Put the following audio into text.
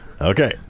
Okay